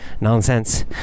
nonsense